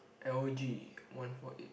L_G one four eight